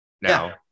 now